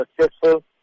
successful